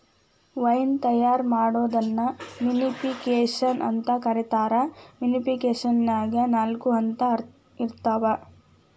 wine ತಯಾರ್ ಮಾಡೋದನ್ನ vinification ಅಂತ ಕರೇತಾರ, ವಿನಿಫಿಕೇಷನ್ನ್ಯಾಗ ನಾಲ್ಕ ಹಂತ ಇರ್ತಾವ